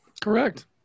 Correct